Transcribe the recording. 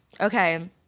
Okay